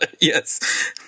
Yes